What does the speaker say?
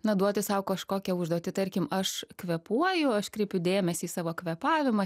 na duoti sau kažkokią užduotį tarkim aš kvėpuoju aš kreipiu dėmesį į savo kvėpavimą